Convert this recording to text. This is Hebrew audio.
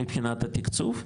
מבחינת התקצוב,